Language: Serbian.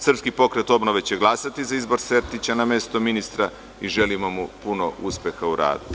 Srpski pokret obnove će glasati za izbor Sertića na mesto ministra i želimo mu puno uspeha u radu.